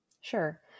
Sure